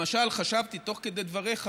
למשל, חשבתי תוך כדי דבריך